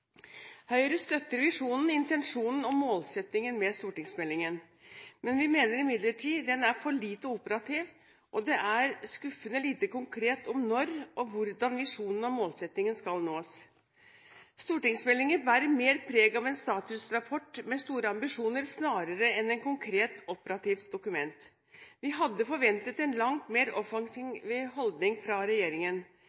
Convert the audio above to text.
Høyre støtter visjonen, intensjonen og målsettingen med stortingsmeldingen. Vi mener imidlertid den er for lite operativ, og det er skuffende lite konkret om når og hvordan visjonen og målsettingen skal nås. Stortingsmeldingen bærer mer preg av en statusrapport med store ambisjoner snarere enn et konkret, operativt dokument. Vi hadde forventet en langt mer offensiv